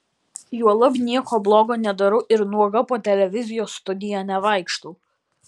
juolab nieko blogo nedarau ir nuoga po televizijos studiją nevaikštau